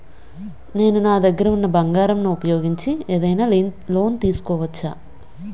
నేను నా దగ్గర ఉన్న బంగారం ను ఉపయోగించి ఏదైనా లోన్ తీసుకోవచ్చా?